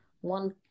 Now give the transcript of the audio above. one